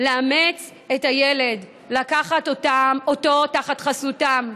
לאמץ את הילד, לקחת אותו תחת חסותן.